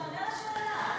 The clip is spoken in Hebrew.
תענה על השאלה.